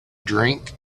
drink